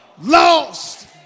lost